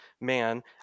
man